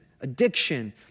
addiction